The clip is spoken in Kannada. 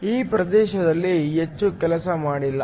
ಈ ಪ್ರದೇಶದಲ್ಲಿ ಹೆಚ್ಚು ಕೆಲಸ ಮಾಡಿಲ್ಲ